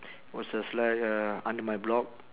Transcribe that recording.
what's that's like uh under my block